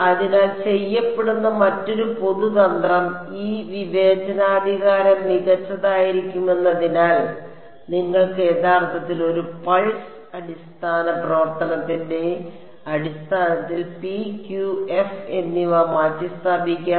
അതിനാൽ ചെയ്യപ്പെടുന്ന മറ്റൊരു പൊതു തന്ത്രം ഈ വിവേചനാധികാരം മികച്ചതായിരിക്കുമെന്നതിനാൽ നിങ്ങൾക്ക് യഥാർത്ഥത്തിൽ ഒരു പൾസ് അടിസ്ഥാന പ്രവർത്തനത്തിന്റെ അടിസ്ഥാനത്തിൽ p q f എന്നിവ മാറ്റിസ്ഥാപിക്കാം